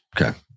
Okay